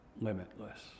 limitless